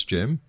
Jim